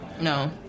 No